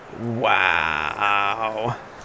Wow